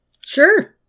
Sure